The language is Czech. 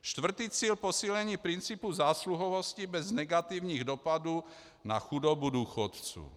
Čtvrtý cíl, posílení principu zásluhovosti bez negativních dopadů na chudobu důchodců.